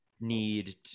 need